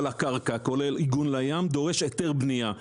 לקרקע כולל עיגון לים דורש היתר בנייה.